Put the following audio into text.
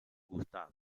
gustav